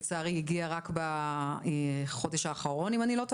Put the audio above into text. ולצערי הגיע רק בחודש האחרון אם אני לא טועה,